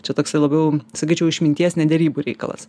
čia toksai labiau sakyčiau išminties ne derybų reikalas